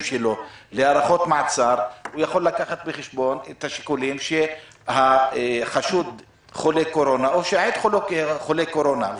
שלו בהארכות מעצר את השיקולים שהחשוד חולה קורונה או שעד חולה קורונה.